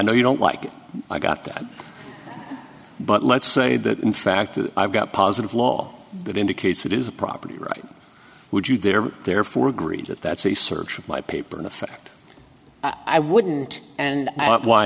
know you don't like i got that but let's say that in fact i've got positive law that indicates it is a property right would you there therefore agree that that's a search by paper in effect i wouldn't and why